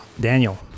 Daniel